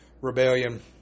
rebellion